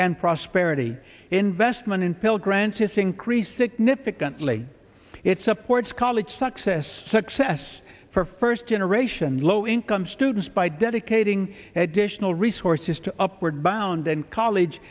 and prosperity investment in pell grants hissing crees significantly it supports college success success for first generation low income students by dedicating additional resources to upward bound and college